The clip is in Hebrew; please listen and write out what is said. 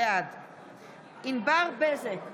בעד ענבר בזק,